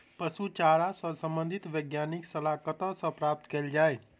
पशु चारा सऽ संबंधित वैज्ञानिक सलाह कतह सऽ प्राप्त कैल जाय?